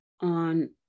on